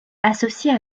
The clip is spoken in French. associent